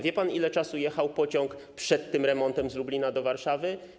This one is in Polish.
Wie pan, ile czasu jechał pociąg przed tym remontem z Lublina do Warszawy?